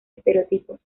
estereotipos